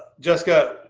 jessica,